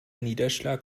niederschlag